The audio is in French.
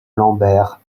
lambert